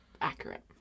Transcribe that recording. Accurate